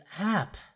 app